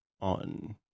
on